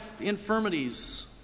infirmities